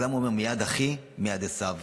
אז למה הוא אומר מ"יד אחי מיד עשו"?